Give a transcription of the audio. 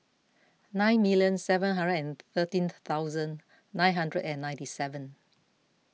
nine million seven hundred and thirteen thousand nine hundred and ninety seven